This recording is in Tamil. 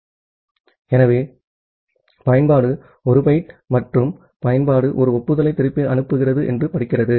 ஆகவே பயன்பாடு 1 பைட் மற்றும் பயன்பாடு ஒரு ஒப்புதலை திருப்பி அனுப்புகிறது என்று படிக்கிறது